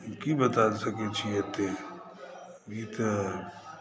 की बता सकै छी एते ई तऽ